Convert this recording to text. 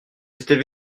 étaient